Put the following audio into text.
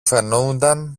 φαίνουνταν